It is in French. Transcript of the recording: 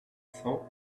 cent